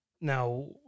now